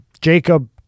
Jacob